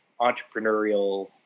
entrepreneurial